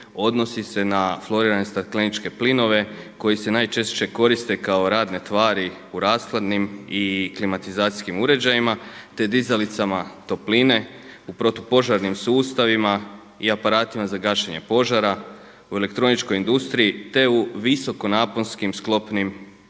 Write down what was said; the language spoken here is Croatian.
odnosi se na florirane stakleničke plinove koji se najčešće koriste kao radne tvari u rashladnim i klimatizacijskim uređajima, te dizalicama topline u protupožarnim sustavima i aparatima za gašenje požara, u elektroničkoj industriji, te u visokonaponskim sklopnim aparatima.